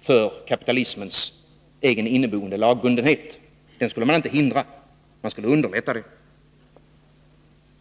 för kapitalismens egen inneboende lagbundenhet. Den skulle man inte hindra — man skulle underlätta den.